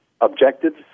objectives